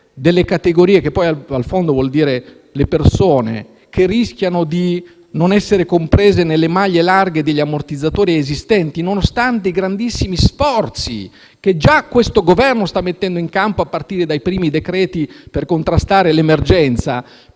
delle categorie - che poi vuol dire delle persone - che rischiano di non essere comprese nelle maglie larghe degli ammortizzatori esistenti, nonostante i grandissimi sforzi che già questo Governo sta mettendo in campo a partire dai primi decreti per contrastare l'emergenza,